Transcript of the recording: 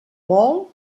vol